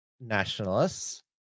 nationalists